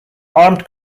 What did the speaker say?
armed